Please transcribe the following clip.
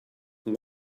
what